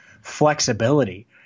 flexibility